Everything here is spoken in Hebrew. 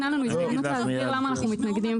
ניתנה לנו הזדמנות להסביר למה אנחנו מתנגדים.